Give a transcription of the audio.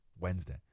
Wednesday